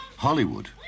Hollywood